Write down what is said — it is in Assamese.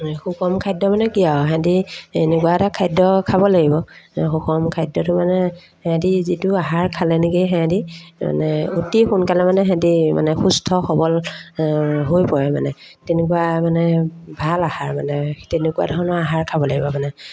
সুষম খাদ্য মানে কি আৰু সিহঁতি এনেকুৱা এটা খাদ্য খাব লাগিব সুষম খাদ্যটো মানে সিহঁতি যিটো আহাৰ খালে নেকি সিহঁতি মানে অতি সোনকালে মানে সিহঁতি মানে সুস্থ সবল হৈ পৰে মানে তেনেকুৱা মানে ভাল আহাৰ মানে তেনেকুৱা ধৰণৰ আহাৰ খাব লাগিব মানে